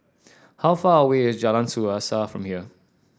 how far away is Jalan Suasa from here